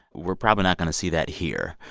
we're probably not going to see that here.